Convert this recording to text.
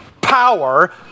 power